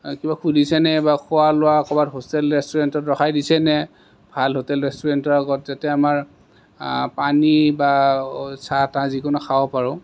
কিবা শুধিছেনে বা খোৱা লোৱা ক'ৰবাত হোটেল ৰেষ্টুৰেণ্টত ৰখাই দিছেনে ভাল হোটেল ৰেষ্টুৰেণ্টৰ আগত যাতে আমাৰ পানী বা চাহ তাহ যিকোনো খাব পাৰোঁ